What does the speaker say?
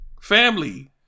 Family